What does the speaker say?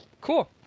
Cool